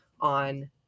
on